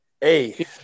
Hey